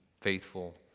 faithful